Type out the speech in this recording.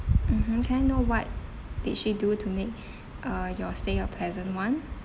mmhmm can I know what did she do to make uh your stay a pleasant one